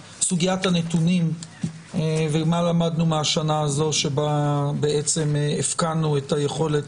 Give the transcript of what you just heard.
הנתונים ומה למדנו מהשנה הזאת שבה הפקענו את היכולת